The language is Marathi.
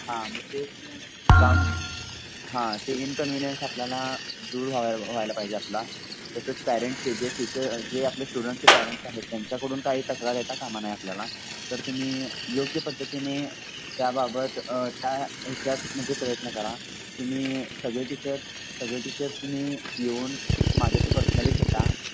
हां मग ते काम हां ते इन्कन्विनियन्स आपल्याला दूर व्हायल व्हायला पाहिजे आपला तसंच पॅरेंट्सचे जे टीचर जे आपले स्टुडंटचे पॅरंट्स आहेत त्यांच्याकडून काही तक्रार येता कामा नाही आपल्याला तर तुम्ही योग्य पद्धतीने त्याबाबत त्या ह्याच्यात म्हणजे प्रयत्न करा तुम्ही सगळे टीचर सगळे टीचर्स तुम्ही येऊन माझ्याशी पर्सनली भेटा